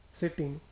sitting